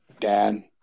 Dan